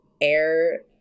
air